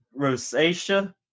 rosacea